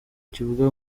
kivuga